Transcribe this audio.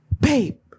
babe